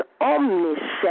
omniscient